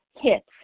hits